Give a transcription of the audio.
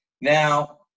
Now